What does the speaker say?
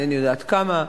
אינני יודעת כמה,